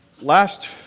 Last